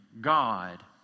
God